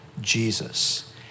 Jesus